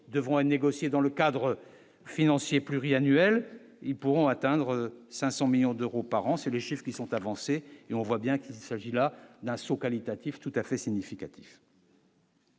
devront être négocier dans le cadre financier pluriannuel ils pourront atteindre 500 millions d'euros par an, c'est le chiffre qui sont avancés et on voit bien qu'il s'agit là d'un saut qualitatif tout-à-fait significatif.